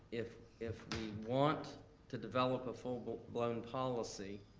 if if we want to develop a full-blown policy,